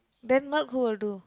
then milk who will do